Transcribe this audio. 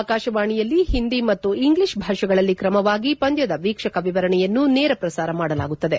ಆಕಾಶವಾಣಿಯಲ್ಲಿ ಹಿಂದಿ ಮತ್ತು ಇಂಗ್ಲೀಷ್ ಭಾಷೆಗಳಲ್ಲಿ ಕ್ರಮವಾಗಿ ಪಂದ್ಲದ ವೀಕ್ಷಕ ವಿವರಣೆಯನ್ನು ನೇರ ಪ್ರಸಾರ ಮಾಡಲಾಗುತ್ತದೆ